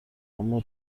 اما